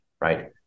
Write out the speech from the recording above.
right